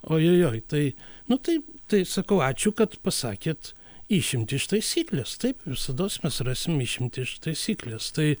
ojojoj tai nu taip tai sakau ačiū kad pasakėt išimtį iš taisyklės taip visados mes rasim išimtį iš taisyklės tai